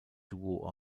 duo